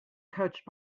coached